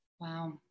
Wow